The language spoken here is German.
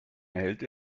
erhält